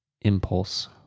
Impulse